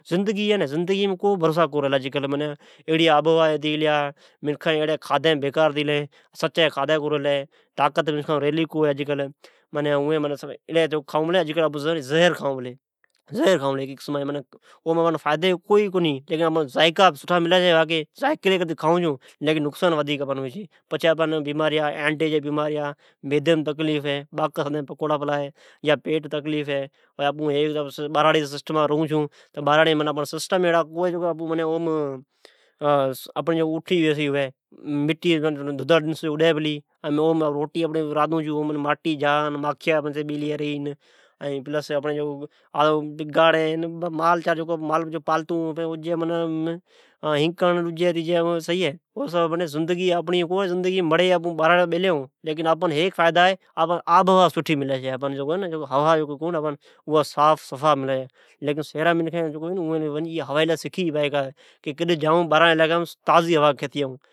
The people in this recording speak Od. زندگی پر اجکل بروسا کونی ریلا۔ ایڑیا آب ھوایا ھتی گلیا، منکھان جی سچی کھادھی ہے کونی ریلے، طاقت منکھام ریلی کونی ہے۔ ھمین جکو آپون کھادھی کھائون پلی، این زھر کھائون پلی، ایم فائدا کوئی کونی ہے بس زائکی لی کھائون چھون ۔پچھے نقصان ڈئی پلی۔ پچھی سدائین آنڈی جیا بیماریا، معدی جیا بیماریا، کڈھن باکا ہکوڑا پلا ہے۔ ہیک آپون بھراڑی ریئون چھون، ہیک بھراڑیم ایڑا سسٹم کونی ہے۔ سجو ڈن ماٹی پلی اڈی، روٹیا رادھون اوان مئین ماٹی پلی جا، ڈجی جکو آپڑان پالتو مال ہے او جی گندگی، گاڑان جی ھینکڑ ڈجی۔ پر اٹھو ہیک فائیدا ہے، توآپڑی آبھوا سٹھی ملی چھی، ھوا سٹھی ملی چھی۔ ساف سفاف ملے چھے۔ باقی شھرا جین منکھین ائی ھوائی لے سکی چھی بائی قائیدا ایڑی ھوائی لی، کہ کڈ جائون بھراڑی جی علائقام تازی ھوا گیتی آئون۔